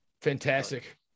fantastic